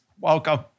Welcome